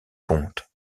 comte